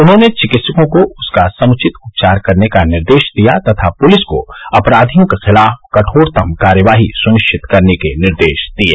उन्होंने चिकित्सकों को उसका समुचित उपचार करने का निर्देश दिया तथा पुलिस को अपराधियों के खिलाफ कठोरतम कार्यवाही सुनिश्चित करने के निर्देश दिये